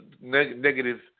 negative